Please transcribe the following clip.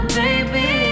baby